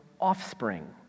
offspring